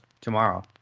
tomorrow